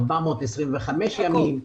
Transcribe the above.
425 ימים.